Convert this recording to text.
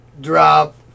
Drop